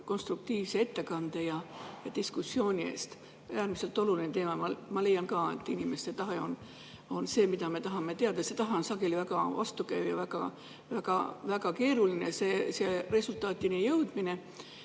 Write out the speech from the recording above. konstruktiivse ettekande ja diskussiooni eest! Äärmiselt oluline teema. Ma leian ka, et inimeste tahe on see, mida me tahame teada. See tahe on sageli väga vastukäiv ja väga keeruline, just resultaadini jõudmine.